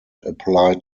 applied